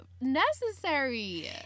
necessary